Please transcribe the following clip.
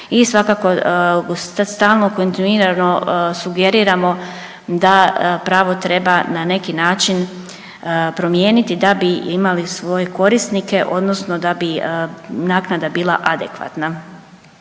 i svakako sad stalno kontinuirano sugeriramo da pravo treba na neki način promijeniti da bi imali svoje korisnike odnosno da bi naknada bila adekvatna.